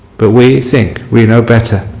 but we think we know better.